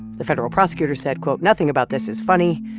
the federal prosecutor said, quote, nothing about this is funny,